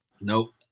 Nope